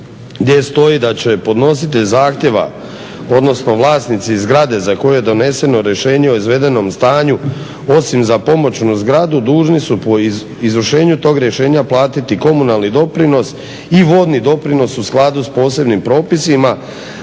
gdje stoji da će podnositelj zahtjeva, odnosno vlasnici zgrade za koju je doneseno rješenje o izvedenom stanju osim za pomoćnu zgradu dužni su po izvršenju tog rješenja platiti komunalni doprinos i vodni doprinos u skladu sa posebnim propisima